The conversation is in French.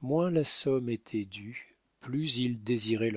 moins la somme était due plus il désirait